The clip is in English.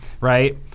right